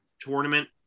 tournament